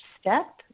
step